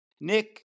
Nick